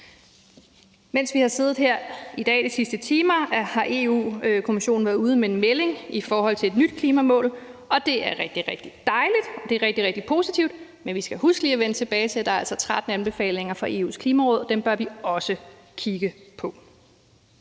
Mens vi har siddet her i dag de sidste timer, har Europa-Kommissionen været ude med en melding i forhold til et nyt klimamål, og det er rigtig, rigtig dejligt, og det er rigtig, rigtig positivt, men vi skal huske lige at vende tilbage til, at der altså er 13 anbefalinger fra EU's Klimaråd, og dem bør vi også kigge på.